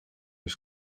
were